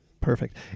perfect